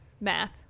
math